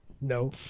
no